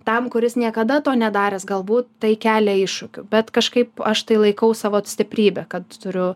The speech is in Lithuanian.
tam kuris niekada to nedaręs galbūt tai kelia iššūkių bet kažkaip aš tai laikau savo stiprybe kad turiu